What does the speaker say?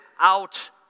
out